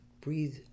breathe